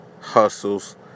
Hustles